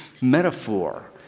metaphor